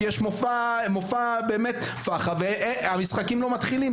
כי יש מופע פח"ע והמשחקים לא מתחילים.